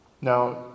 Now